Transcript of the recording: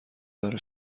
برا